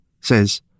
says